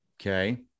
Okay